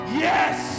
yes